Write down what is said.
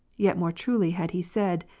yet more truly had he said,